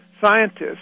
scientists